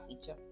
feature